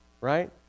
Right